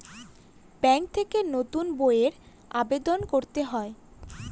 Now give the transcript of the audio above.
bank থেকে নতুন বইয়ের আবেদন করতে হয়